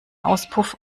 auspuff